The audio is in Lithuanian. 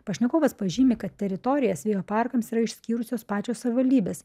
pašnekovas pažymi kad teritorijas vėjo parkams yra išskyrusios pačios savivaldybės